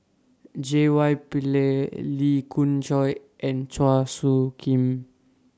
J Y Pillay Lee Khoon Choy and Chua Soo Khim